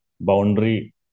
boundary